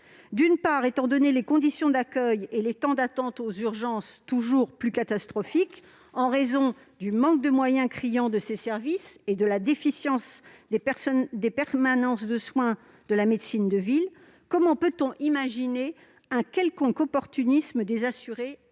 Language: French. le terrain. Étant donné les conditions d'accueil et les temps d'attente aux urgences, toujours plus catastrophiques en raison du manque de moyens criant des services et de la déficience des permanences de soins de la médecine de ville, comment peut-on voir un quelconque opportunisme des assurés dans